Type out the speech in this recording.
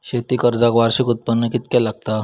शेती कर्जाक वार्षिक उत्पन्न कितक्या लागता?